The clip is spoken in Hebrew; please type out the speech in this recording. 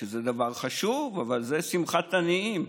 שזה דבר חשוב אבל זה שמחת עניים.